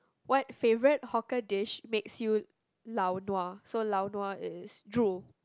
what favorite hawker dish makes you lao nua so lao nua is drool